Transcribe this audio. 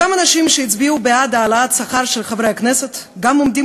אותם האנשים שהצביעו בעד העלאת השכר של חברי הכנסת גם עומדים